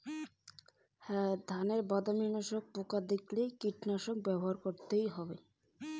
ধানে বাদামি শোষক পোকা দেখা দিলে কি কীটনাশক ব্যবহার করতে হবে?